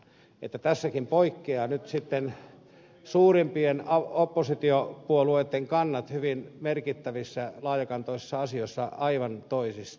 tässäkin poikkeavat nyt sitten suurimpien oppositiopuolueitten kannat hyvin merkittävissä laajakantoisissa asioissa aivan toisistaan